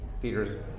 theater's